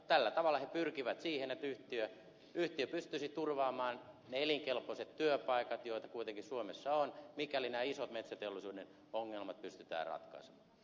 tällä tavalla he pyrkivät siihen että yhtiö pystyisi turvaamaan ne elinkelpoiset työpaikat joita kuitenkin suomessa on mikäli nämä isot metsäteollisuuden ongelmat pystytään ratkaise